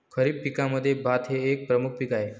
खरीप पिकांमध्ये भात हे एक प्रमुख पीक आहे